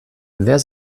wer